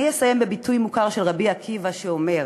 אני אסיים בביטוי מוכר של רבי עקיבא, שאומר: